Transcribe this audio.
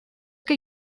que